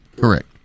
Correct